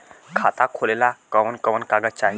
खाता खोलेला कवन कवन कागज चाहीं?